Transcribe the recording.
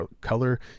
color